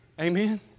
Amen